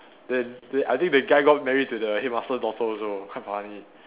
then then I think the guy got married to the head master daughter also quite funny